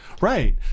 right